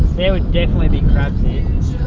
there would definitely be crabs here